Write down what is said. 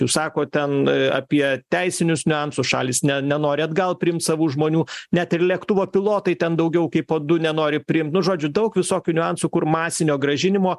jūs sako ten apie teisinius niuansus šalys ne nenori atgal priimt savo žmonių net ir lėktuvo pilotai ten daugiau kaip po du nenori priimt nu žodžiu daug visokių niuansų kur masinio grąžinimo